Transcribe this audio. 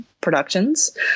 productions